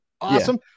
Awesome